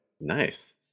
Nice